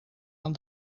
aan